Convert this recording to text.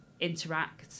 interact